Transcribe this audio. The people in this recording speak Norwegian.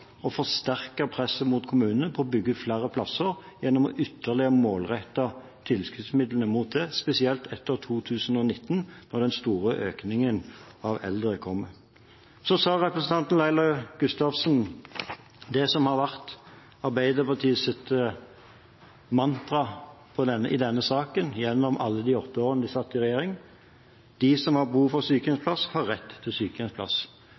å forsterke presset mot kommunene på å bygge flere plasser gjennom ytterligere å målrette tilskuddsmidlene mot det, spesielt etter 2019, når den store økningen av eldre kommer. Så sa representanten Laila Gustavsen det som har vært Arbeiderpartiets mantra i denne saken gjennom alle de åtte årene de satt i regjering: De som har behov for sykehjemsplass, har rett til sykehjemsplass.